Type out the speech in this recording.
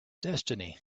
destiny